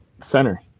center